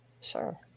Sure